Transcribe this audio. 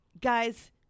Guys